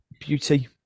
beauty